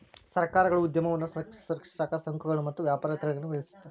ಸರ್ಕಾರಗಳು ಉದ್ಯಮವನ್ನ ರಕ್ಷಿಸಕ ಸುಂಕಗಳು ಮತ್ತ ವ್ಯಾಪಾರ ತಡೆಗಳನ್ನ ವಿಧಿಸುತ್ತ